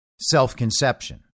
self-conception